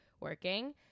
working